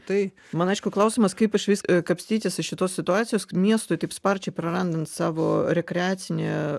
tai man aišku klausimas kaip išvis kapstytis iš šitos situacijos miestui taip sparčiai prarandant savo rekreacinį